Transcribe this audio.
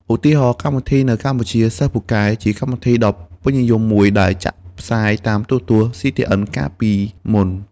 ឧទាហរណ៍កម្មវិធីនៅកម្ពុជាសិស្សពូកែជាកម្មវិធីដ៏ពេញនិយមមួយដែលចាក់ផ្សាយតាមទូរទស្សន៍ CTN កាលពីមុន។